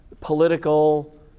political